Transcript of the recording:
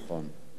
נכון.